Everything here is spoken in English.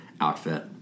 outfit